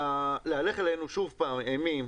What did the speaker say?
להלך עלינו שוב אימים